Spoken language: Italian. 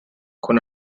con